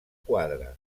quadre